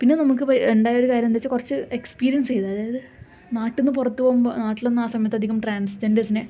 പിന്നെ നമുക്ക് പ് ഉണ്ടായ ഒരു കാര്യം എന്ന് വച്ചാൽ കുറച്ച് എക്സ്പീരിയന്സ് ചെയ്തു അതായത് നാട്ടിൽ നിന്ന് പുറത്ത് പോകുമ്പോൾ നാട്ടിലൊന്നും ആ സമയത്ത് അധികം ട്രാന്സ് ജെന്ഡേഴ്സിനെ